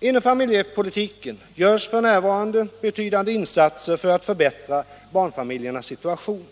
Inom familjepolitiken görs f.n. betydande insatser för att förbättra barnfamiljernas situation.